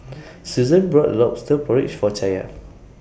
Susann bought Lobster Porridge For Chaya